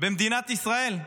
במדינת ישראל.